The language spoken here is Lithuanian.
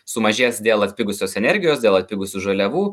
sumažės dėl atpigusios energijos dėl atpigusių žaliavų